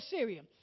Syria